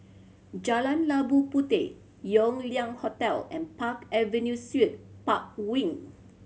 Jalan Labu Puteh Yew Lian Hotel and Park Avenue Suite Park Wing